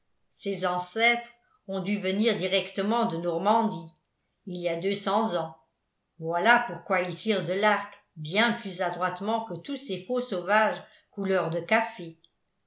ont dû venir directement de normandie il y a deux cents ans voilà pourquoi il tire de l'arc bien plus adroitement que tous ces faux sauvages couleur de café